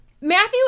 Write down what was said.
Matthew